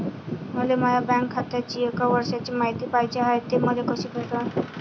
मले माया बँक खात्याची एक वर्षाची मायती पाहिजे हाय, ते मले कसी भेटनं?